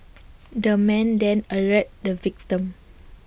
the man then alerted the victim